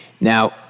Now